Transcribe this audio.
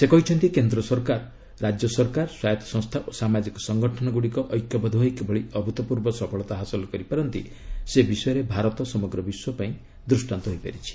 ସେ କହିଛନ୍ତି କେନ୍ଦ୍ର ସରକାର ରାଜ୍ୟ ସରକାର ସ୍ୱାୟତ୍ତ ସଂସ୍ଥା ଓ ସାମାଜିକ ସଙ୍ଗଠନଗୁଡ଼ିକ ଐକ୍ୟବଦ୍ଧ ହୋଇ କିଭଳି ଅଭ୍ତପୂର୍ବ ସଫଳତା ହାସଲ କରିପାରନ୍ତି ସେ ବିଷୟରେ ଭାରତ ସମଗ୍ର ବିଶ୍ୱପାଇଁ ଦୃଷ୍ଟାନ୍ତ ହୋଇପାରିଛି